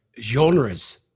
genres